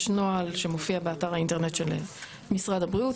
יש נוהל שמופיע באתר האינטרנט של משרד הבריאות.